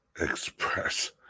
express